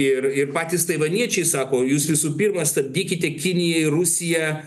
ir patys taivaniečiai sako jūs visų pirma stabdykite kinijai rusiją